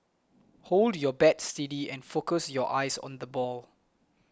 hold your bat steady and focus your eyes on the ball